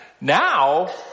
Now